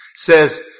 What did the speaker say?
says